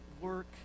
work